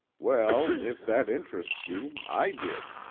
well, if that interests you i did.